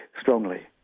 strongly